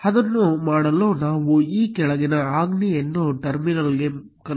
ಅದನ್ನು ಮಾಡಲು ನಾವು ಈ ಕೆಳಗಿನ ಆಜ್ಞೆಯನ್ನು ಟರ್ಮಿನಲ್ಗೆ ನಕಲಿಸೋಣ